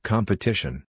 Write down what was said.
Competition